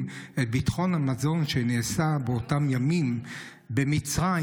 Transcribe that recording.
את ביטחון המזון שנעשה באותם ימים במצרים,